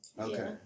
okay